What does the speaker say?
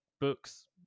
books